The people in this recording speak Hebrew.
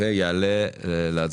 ויעלה להמשך דיון במליאה.